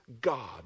God